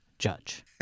judge